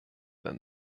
than